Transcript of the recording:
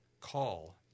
call